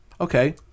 Okay